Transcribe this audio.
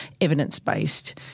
evidence-based